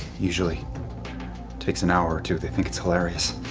usually takes an hour or two. they think it's hilarious.